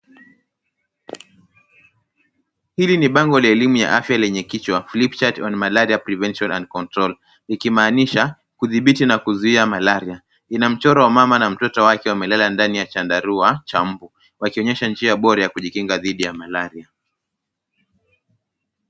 Hili ni bango la elimu la afya lenye kichwa FLIP CHART ON MALARIA PRESERVATION AND CONTROL , likimaanisha kudhibiti na kuzuia malaria. Ina mchoro wa mama na mtoto wake wamelala ndani ya chandarua cha umbu, wakionyesha njia bora ya kujikinga dhidi ya malaria.